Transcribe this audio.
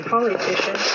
Politician